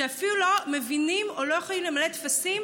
שאפילו לא מבינים או לא יכולים למלא טפסים,